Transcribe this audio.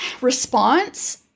response